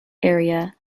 area